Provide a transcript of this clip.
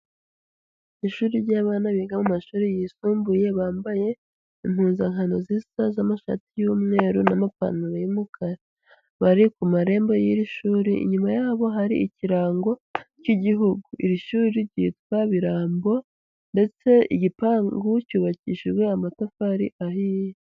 Ishuri ry'abana biga mu mumashuri yisumbuye, bambaye impuzankano zisa z'amashati y'umweru, n'amapanantaro, bari ku marembo y'iri shuri, inyuma yaho hari ikirango cy'igihugu, iri shuri ryitwa Birambo, ndetse igipangu cyubakishijwe amatafari ahiye.